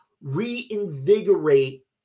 reinvigorate